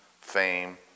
fame